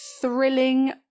thrilling